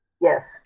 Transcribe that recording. Yes